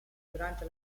durante